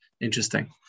Interesting